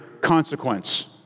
consequence